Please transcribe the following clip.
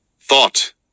Thought